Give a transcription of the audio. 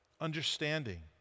understanding